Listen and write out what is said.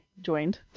joined